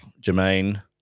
Jermaine